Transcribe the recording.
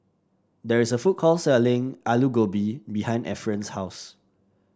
there is a food court selling Alu Gobi behind Efren's house